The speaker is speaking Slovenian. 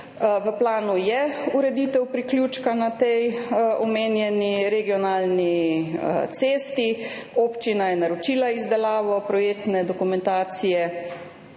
V planu je ureditev priključka na tej omenjeni regionalni cesti. Občina je naročila izdelavo projektne dokumentacije,